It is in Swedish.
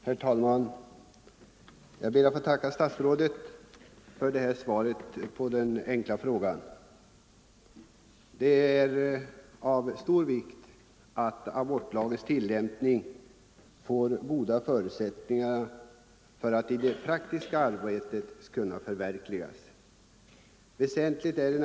Herr talman! Jag ber att få tacka statsrådet för detta svar på min enkla fråga. Det är av stor vikt att det finns goda förutsättningar för att i det praktiska arbetet förverkliga syftet med abortlagen.